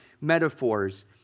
metaphors